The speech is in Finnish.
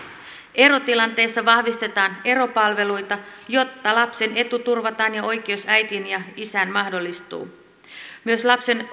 erotilanteissa vahvistetaan eropalveluita jotta lapsen etu turvataan ja oikeus äitiin ja isään mahdollistuu myös lapsen